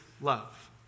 love